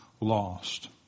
lost